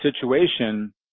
situation